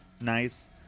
Nice